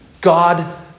God